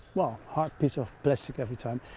well, hard piece of plastic every time,